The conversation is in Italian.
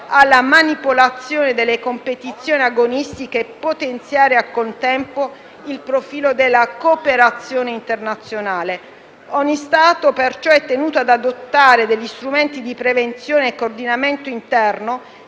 alla manipolazione delle competizioni agonistiche e potenziare al contempo il profilo della cooperazione internazionale. Ogni Stato è perciò tenuto ad adottare strumenti di prevenzione e coordinamento interno,